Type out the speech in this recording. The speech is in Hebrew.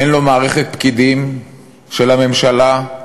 אין לו מערכת פקידים של הממשלה,